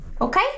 Okay